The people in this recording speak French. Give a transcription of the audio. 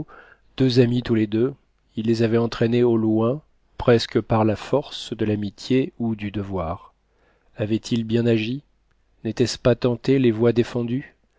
deux amis tous les deux il les avait entraînés au loin presque par la force de l'amitié ou du devoir avait-il bien agit n'était-ce pas tenter les voies défendues